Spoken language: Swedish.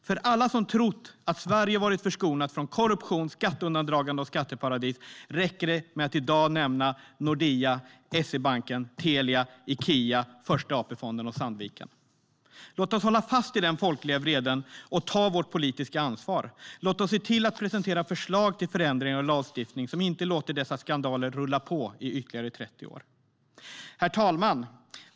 För alla som trott att Sverige varit förskonat från korruption, skatteundandragande och skatteparadis räcker det med att i dag nämna Nordea, SEB, Telia, Ikea, Första AP-fonden och Sandviken. Låt oss hålla fast vid den folkliga vreden och ta vårt politiska ansvar! Låt oss se till att presentera förslag till förändringar och lagstiftning som inte låter dessa skandaler rulla på i ytterligare 30 år! Herr talman!